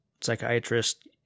psychiatrist